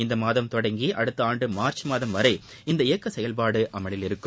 இந்த மாதம் தொடங்கி அடுத்த ஆண்டு மார்ச் மாதம் வரை இந்த இயக்க செயவ்பாடு அமவில் இருக்கும்